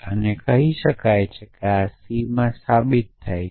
આપણે કહી શકીએ કે આ c માં સાબિત થાય છે